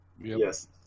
Yes